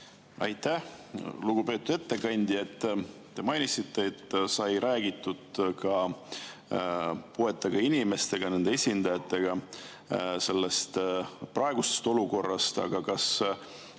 Aitäh! Lugupeetud ettekandja! Te mainisite, et sai räägitud ka puuetega inimestega, nende esindajatega sellest praegusest olukorrast, aga kas